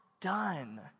done